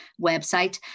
website